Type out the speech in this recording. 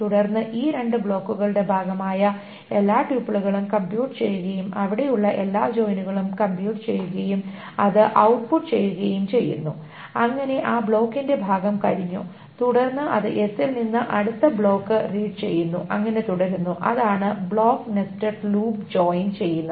തുടർന്ന് ഈ രണ്ട് ബ്ലോക്കുകളുടെ ഭാഗമായ എല്ലാ ട്യൂപ്പിളുകളും കമ്പ്യൂട് ചെയ്യുകയും അവിടെയുള്ള എല്ലാ ജോയിനുകളും കമ്പ്യൂട് ചെയ്യുകയും അത് ഔട്ട്പുട്ട് ചെയ്യുകയും ചെയ്യുന്നു അങ്ങനെ ആ ബ്ലോക്കിന്റെ ഭാഗം കഴിഞ്ഞു തുടർന്ന് അത് s ൽ നിന്ന് അടുത്ത ബ്ലോക്ക് റീഡ് ചെയ്യുന്നു അങ്ങനെ തുടരുന്നു അതാണ് ബ്ലോക്ക് നെസ്റ്റഡ് ലൂപ്പ് ജോയിൻ ചെയ്യുന്നത്